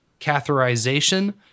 catheterization